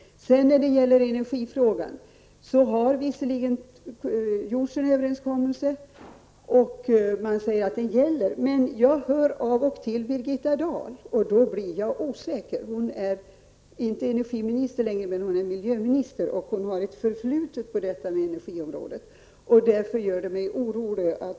När det gäller energifrågan har det visserligen gjorts en överenskommelse, och man säger att den gäller. Men jag hör av och till Birgitta Dahl, och då blir jag osäker. Hon är inte längre energiminister, men hon är miljöminister, och hon har ett förflutet på energiområdet.